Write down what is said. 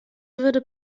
würde